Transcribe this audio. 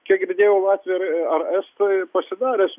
kiek girdėjau latviai ir ar estai pasidaręs